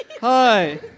Hi